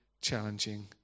challenging